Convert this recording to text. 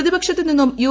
പ്രതിപക്ഷത്തു നിന്നും യു